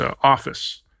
office